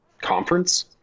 conference